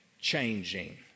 changing